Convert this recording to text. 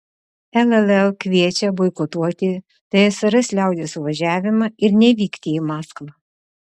lll kviečia boikotuoti tsrs liaudies suvažiavimą ir nevykti į maskvą